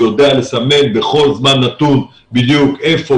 הוא יודע לסמן בכל זמן נתון בדיוק היכן,